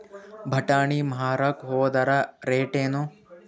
ಬಟಾನಿ ಮಾರಾಕ್ ಹೋದರ ರೇಟೇನು?